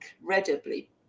incredibly